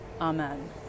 Amen